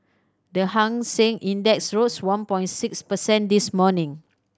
the Hang Seng Index rose one point six percent this morning